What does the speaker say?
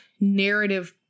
narrative